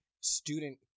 student